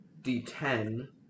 d10